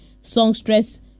songstress